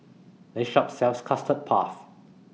This Shop sells Custard Puff